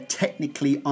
technically